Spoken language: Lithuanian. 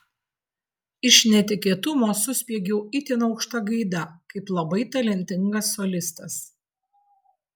iš netikėtumo suspiegiau itin aukšta gaida kaip labai talentingas solistas